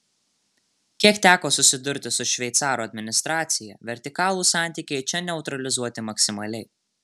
kiek teko susidurti su šveicarų administracija vertikalūs santykiai čia neutralizuoti maksimaliai